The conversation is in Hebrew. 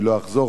רק היום,